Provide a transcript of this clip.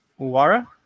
Uwara